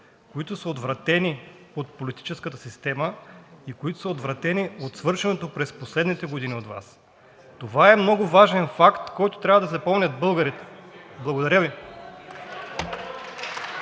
които са отвратени от политическата система, които са отвратени от свършеното през последните години от Вас. Това е много важен факт, който трябва да запомнят българите. Благодаря Ви.